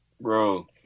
Bro